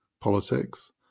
politics